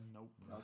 Nope